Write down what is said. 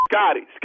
Scotty